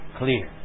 clear